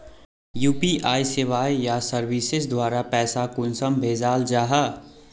UPI सेवाएँ या services द्वारा पैसा कुंसम भेजाल जाहा?